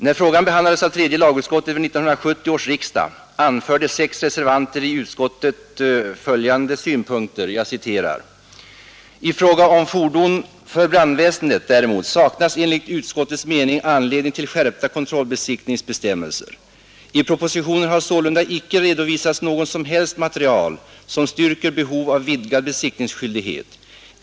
När frågan behandlades av tredje lagutskottet vid 1970 års riksdag anförde sex reservanter i utskottet följande synpunkter: ”I fråga om fordon för brandväsendet däremot saknas enligt utskottets mening anledning till skärpta kontrollbesiktningsbestämmelser. I propositionen har sålunda icke redovisats något som helst material som styrker behov av vidgad besiktningsskyldighet.